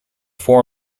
four